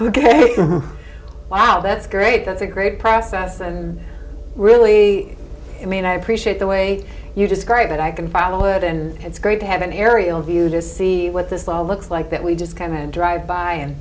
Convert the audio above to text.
ok wow that's great that's a great process and really i mean i appreciate the way you describe it i can follow it and it's great to have an aerial view to see what this all looks like that we just kind of drive by and